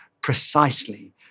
precisely